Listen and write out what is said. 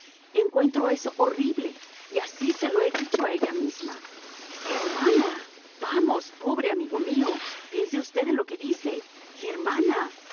encuentro eso horrible y así se lo he dicho a ella misma germana vamos pobre amigo mío piense usted en lo que dice germana